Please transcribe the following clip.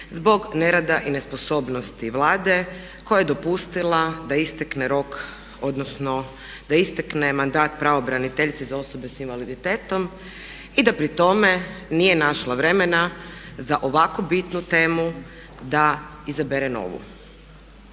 zbog nerada i nesposobnosti Vlade koja je dopustila da istekne rok, odnosno da istekne mandat pravobraniteljici za osobe s invaliditetom i da pri tome nije našla vremena za ovako bitnu temu da izabere novu.